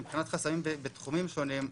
מבחינת חסמים בתחומים שונים,